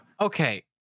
Okay